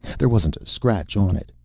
there wasn't a scratch on it.